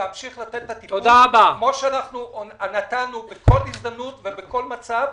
להמשיך לתת טיפול כפי שנתנו בכל הזדמנות ובכל מצב,